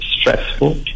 stressful